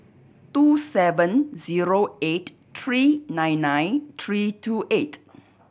two seven zero eight three nine nine three two eight